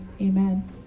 amen